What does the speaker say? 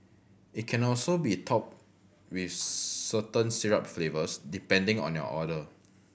it can also be topped with certain syrup flavours depending on your order